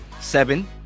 seven